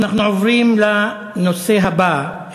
אנחנו עוברים לנושא הבא,